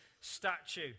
statue